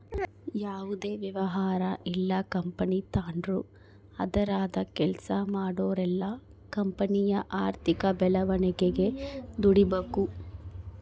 ಯಾವುದೇ ವ್ಯವಹಾರ ಇಲ್ಲ ಕಂಪನಿ ತಾಂಡ್ರು ಅದರಾಗ ಕೆಲ್ಸ ಮಾಡೋರೆಲ್ಲ ಕಂಪನಿಯ ಆರ್ಥಿಕ ಬೆಳವಣಿಗೆಗೆ ದುಡಿಬಕು